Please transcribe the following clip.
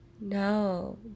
No